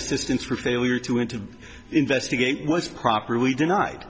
assistance for failure to him to investigate was properly denied